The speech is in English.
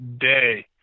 Day